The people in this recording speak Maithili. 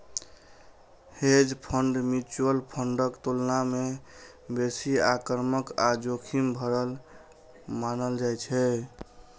हेज फंड म्यूचुअल फंडक तुलना मे बेसी आक्रामक आ जोखिम भरल मानल जाइ छै